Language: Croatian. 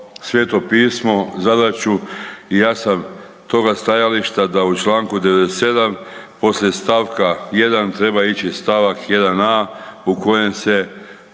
Sveto pismo zadaću i ja sam toga stajališta da u Članku 97. poslije stavka 1. treba ići stavak 1a. u kojem se